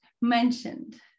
mentioned